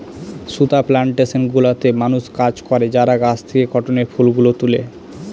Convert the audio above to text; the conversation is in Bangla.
সুতা প্লানটেশন গুলোতে মানুষ কাজ করে যারা গাছ থেকে কটনের ফুল গুলো তুলে